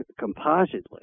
compositely